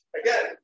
again